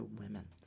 women